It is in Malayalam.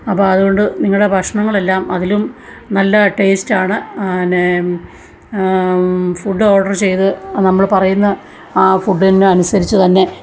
അപ്പോൾ അതുകൊണ്ട് നിങ്ങളുടെ ഭക്ഷണങ്ങളെല്ലാം അതിലും നല്ല ടേസ്റ്റാണ് എന്നെ ഫുഡ് ഓഡർ ചെയ്തു നമ്മൾ പറയുന്ന ആ ഫുഡ്ഡിനനുസരിച്ചു തന്നെ